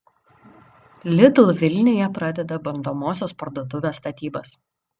lidl vilniuje pradeda bandomosios parduotuvės statybas